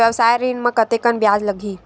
व्यवसाय ऋण म कतेकन ब्याज लगही?